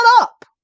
up